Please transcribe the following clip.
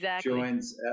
joins